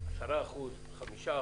10%?